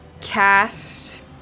cast